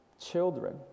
children